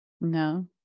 No